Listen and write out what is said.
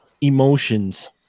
emotions